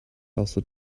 also